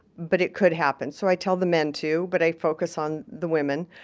but it could happen. so i tell the men too, but i focus on the women,